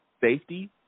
safety